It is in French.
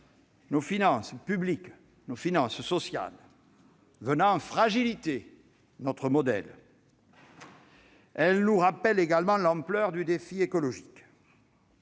nos finances publiques et nos finances sociales, venant fragiliser notre modèle. Elle nous rappelle également l'ampleur du défi écologique.